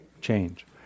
change